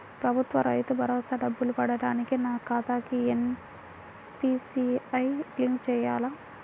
ప్రభుత్వ రైతు భరోసా డబ్బులు పడటానికి నా ఖాతాకి ఎన్.పీ.సి.ఐ లింక్ చేయాలా?